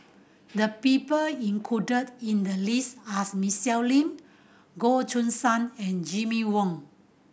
the people included in the list are Lim Goh Choo San and Jimmy Ong